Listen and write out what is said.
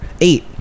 eight